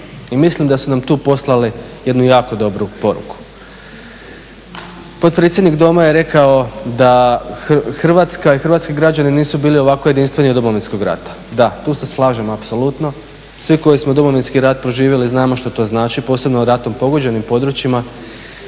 mislim da su nam tu poslali jednu jako dobru poruku. Potpredsjednik doma je rekao da Hrvatska i Hrvatski građani nisu bili ovako jedinstveni od Domovinskog rata. Da, tu se slažem apsolutno, svi koji smo Domovinski rat proživjeli znamo što to znači, posebno ratom pogođenim područjima